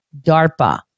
DARPA